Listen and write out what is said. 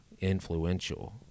influential